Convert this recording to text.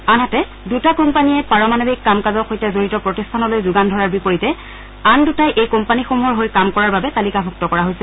আনহাতে দুটা কোম্পানীয়ে পাৰমাণৱিক কাম কাজৰ সৈতে জড়িত প্ৰতিষ্ঠানলৈ যোগান ধৰাৰ বিপৰীতে আন দুটাই এই কোম্পানীসমূহৰ হৈ কাম কৰাৰ বাবে তালিকাভুক্ত কৰা হৈছে